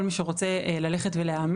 כל מי שרוצה להעמיק,